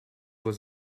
was